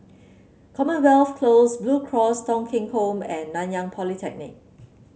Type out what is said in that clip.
Commonwealth Close Blue Cross Thong Kheng Home and Nanyang Polytechnic